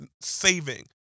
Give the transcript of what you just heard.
saving